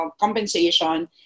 compensation